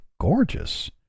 gorgeous